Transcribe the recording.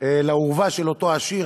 לאורווה של אותו עשיר.